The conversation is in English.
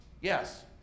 Yes